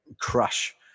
crush